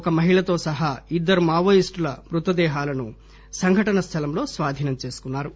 ఒక మహిళతో సహా ఇద్దరు మావోయిస్టుల మృతదేహాలను సంఘటన స్టలంలో స్వాధీనం చేసుకున్నారు